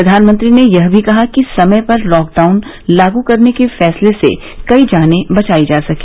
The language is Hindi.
प्रधानमंत्री ने यह भी कहा कि समय पर लॉकडाउन लागू करने के फैसले से कई जाने बचाई जा सकी